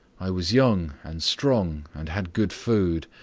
i was young and strong, and had good food,